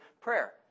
prayer